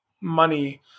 money